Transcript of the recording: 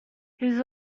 his